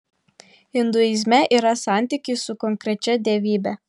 induizme yra santykis su konkrečia dievybe